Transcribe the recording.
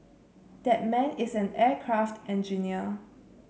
that man is an aircraft engineer